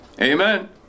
Amen